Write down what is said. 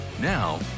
Now